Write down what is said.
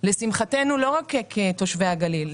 לשמחתנו לא רק כתושבי הגליל,